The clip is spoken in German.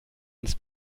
ins